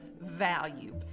value